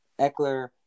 Eckler